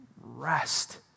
rest